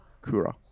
Kura